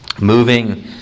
moving